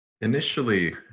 Initially